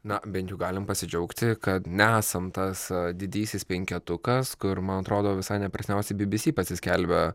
na bent jau galim pasidžiaugti kad nesam tas didysis penketukas kur man atrodo visai neperseniausiai bbc pasiskelbė